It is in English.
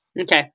Okay